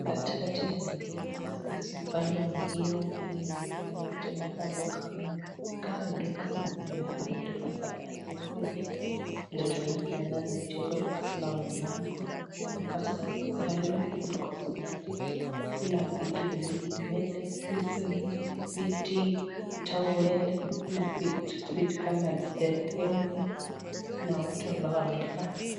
Katikati ya maduka zilizo upande mwingine, upande mwingine na tena kando kando. Hizi duka ni duka zenye zinakaa ni duka za aina moja vile tunavyoona michoro kwa kila mlango. Ni duka za [cs[ salon and cosmetic Kuna vitu mingi, nywele zilizo nje, viti, towel , na vitu kama jerikeni na watu ambao wamekaa.